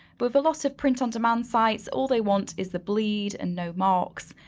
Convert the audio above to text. but with a lot of print on demand sites, all they want is the bleed and no marks.